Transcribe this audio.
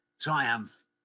triumph